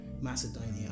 Macedonia